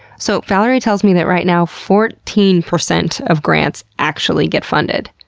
so, valerie tells me that right now fourteen percent of grants actually get funded.